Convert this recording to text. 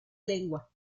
lengua